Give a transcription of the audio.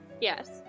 Yes